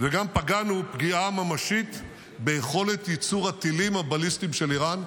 וגם פגענו פגיעה ממשית ביכולת ייצור הטילים הבליסטיים של איראן,